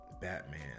Batman